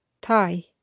tie